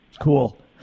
cool